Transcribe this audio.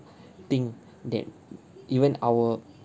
thing that even our